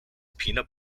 peanut